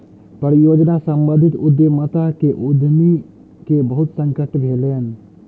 परियोजना सम्बंधित उद्यमिता में उद्यमी के बहुत संकट भेलैन